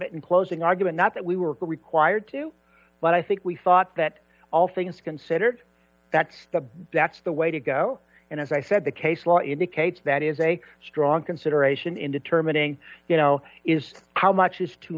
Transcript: it in closing argument not that we were required to but i think we thought that all things considered that the that's the way to go and as i said the case law indicates that is a strong consideration in determining you know is how much is too